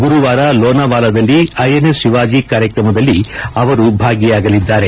ಗುರುವಾರ ಲೋನಾವಾಲಾದಲ್ಲಿ ಐಎನ್ಎಸ್ ಶಿವಾಜಿ ಕಾರ್ಯಕ್ರಮದಲ್ಲಿ ಅವರು ಭಾಗಿಯಾಗಲಿದ್ದಾರೆ